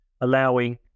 allowing